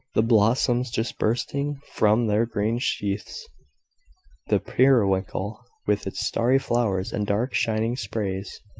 the blossoms just bursting from their green sheaths the periwinkle, with its starry flowers and dark shining sprays,